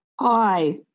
Hi